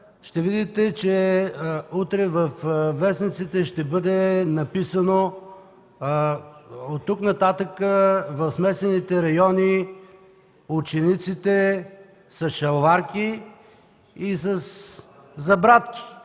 ще видите, че утре във вестниците ще бъде написано: „Оттук нататък в смесените райони – учениците с шалварки и със забрадки”.